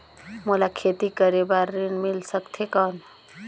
मोला खेती करे बार ऋण मिल सकथे कौन?